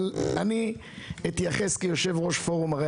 אבל אני אתייחס כיושב-ראש פורום ערי